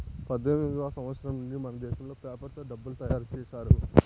పద్దెనిమిదివ సంవచ్చరం నుండి మనదేశంలో పేపర్ తో డబ్బులు తయారు చేశారు